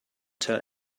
tell